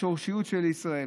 בשורשיות של ישראל.